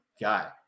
guy